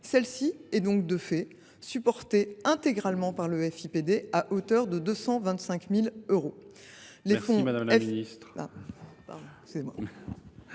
Celle ci est donc, de fait, supportée intégralement par le FIPD, à hauteur de 225 000 euros.